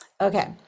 okay